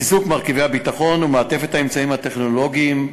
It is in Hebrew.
חיזוק מרכיבי הביטחון ומעטפת האמצעים הטכנולוגיים,